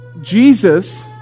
Jesus